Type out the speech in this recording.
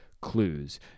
Clues